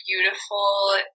beautiful